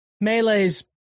Melee's